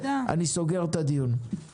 אני נועל את הדיון.